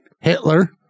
Hitler